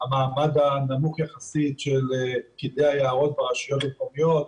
המעמד הנמוך יחסית של פקידי היערות ברשויות המקומיות.